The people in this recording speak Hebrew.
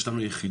יש לנו יחידות